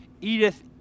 Edith